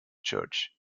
church